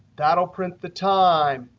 that will print the time.